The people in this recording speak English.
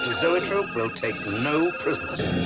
zoetrope will take no prisoners.